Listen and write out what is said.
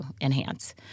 enhance